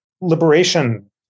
liberation